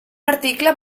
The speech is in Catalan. article